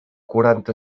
quaranta